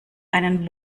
einen